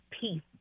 peace